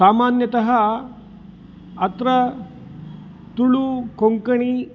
सामान्यतः अत्र तुलु कोङ्कणी